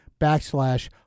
backslash